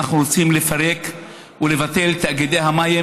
אנחנו רוצים לפרק ולבטל את תאגידי המים,